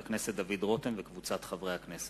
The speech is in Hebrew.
על בתי-הדין לביקורת משמורת),